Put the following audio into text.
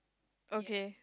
okay